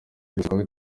gusubikwa